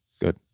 Good